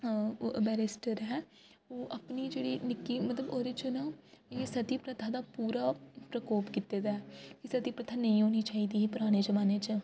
अ ओह् बैरिस्टर ऐ ओह् अपनी जेह्ड़ी नि'क्की मतलब ओह्दे च ना सती प्रथा दा पूरा प्रकोप कीते दा ऐ की सती प्रथा नेईं होनी चाहिदी ही पराने जमान्ने च